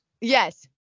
yes